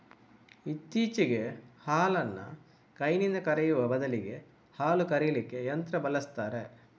ಇತ್ತೀಚೆಗೆ ಹಾಲನ್ನ ಕೈನಿಂದ ಕರೆಯುವ ಬದಲಿಗೆ ಹಾಲು ಕರೀಲಿಕ್ಕೆ ಯಂತ್ರ ಬಳಸ್ತಾರೆ